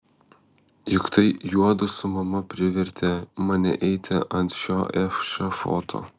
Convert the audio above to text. juk tai juodu su mama privertė mane eiti ant šio ešafoto